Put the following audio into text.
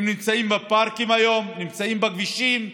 הם נמצאים בפארקים היום, נמצאים בכבישים.